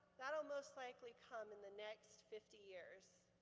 that will most likely come in the next fifty years.